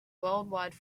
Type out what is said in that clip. worldwide